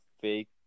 fake